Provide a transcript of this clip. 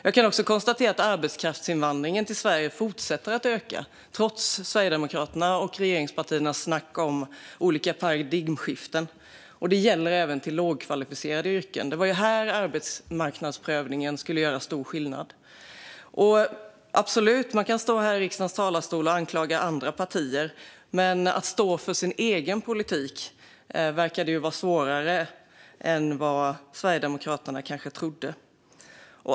Jag kan också konstatera att arbetskraftsinvandringen till Sverige fortsätter att öka, trots Sverigedemokraternas och regeringspartiernas snack om olika paradigmskiften. Det gäller även till lågkvalificerade yrken. Det var ju här arbetsmarknadsprövningen skulle göra stor skillnad. Man kan absolut stå här i riksdagens talarstol och anklaga andra partier, men att stå för sin egen politik verkar vara svårare än vad Sverigedemokraterna kanske trodde.